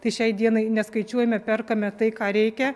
tai šiai dienai neskaičiuojame perkame tai ką reikia